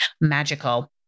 magical